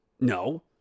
No